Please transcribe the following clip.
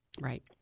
right